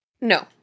No